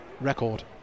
record